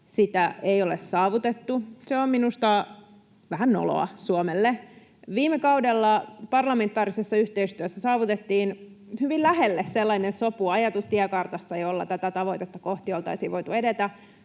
sitä ei ole saavutettu, se on minusta vähän noloa Suomelle. Viime kaudella parlamentaarisessa yhteistyössä saavutettiin hyvin lähelle sellainen sopu, ajatus tiekartasta, jolla tätä tavoitetta kohti oltaisiin voitu edetä.